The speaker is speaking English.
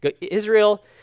Israel